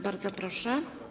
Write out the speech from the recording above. Bardzo proszę.